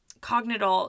cognitive